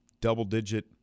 double-digit